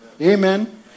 Amen